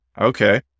okay